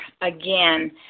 again